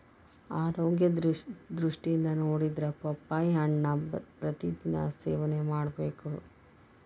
ಆರೋಗ್ಯ ದೃಷ್ಟಿಯಿಂದ ನೊಡಿದ್ರ ಪಪ್ಪಾಳಿ ಹಣ್ಣನ್ನಾ ಪ್ರತಿ ದಿನಾ ಸೇವನೆ ಮಾಡಬೇಕ